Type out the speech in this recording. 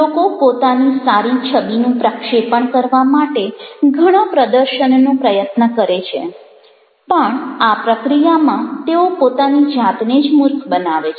લોકો પોતાની સારી છબિનું પ્રક્ષેપણ કરવા માટે ઘણા પ્રદર્શનનો પ્રયત્ન કરે છે પણ આ પ્રક્રિયામાં તેઓ પોતાની જાતને જ મૂર્ખ બનાવે છે